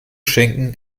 schenken